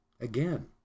again